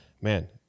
man